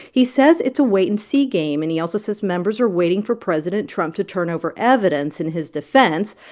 he says it's a wait-and-see game, and he also says members are waiting for president trump to turn over evidence in his defense,